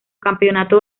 campeonato